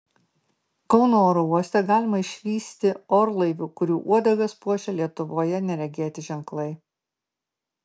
kauno oro uoste galima išvysti orlaivių kurių uodegas puošia lietuvoje neregėti ženklai